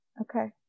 Okay